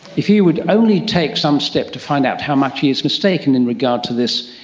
if he would only take some step to find out how much he is mistaken in regard to this,